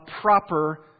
proper